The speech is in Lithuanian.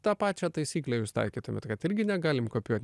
tą pačią taisyklę jūs taikytumėt kad irgi negalim kopijuot